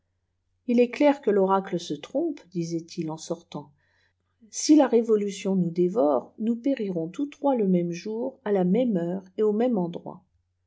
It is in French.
il est clair que l'oracle se trompe disaient-ils en sortant si la révolution nous dévore nous périrons tous trois le même jour à la même heure et au même endroit